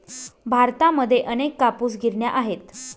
भारतामध्ये अनेक कापूस गिरण्या आहेत